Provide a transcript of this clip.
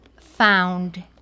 found